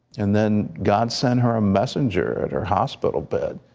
and then god sent her a messenger, at her hospital bed.